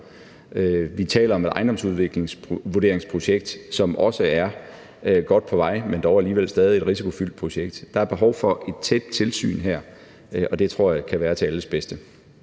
Vi taler om et ejendomsvurderingsprojekt, som også er godt på vej, men dog alligevel stadig et risikofyldt projekt. Der er behov for et tæt tilsyn her, og det tror jeg kan være til alles bedste.